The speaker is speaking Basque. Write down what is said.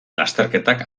lasterketak